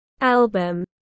album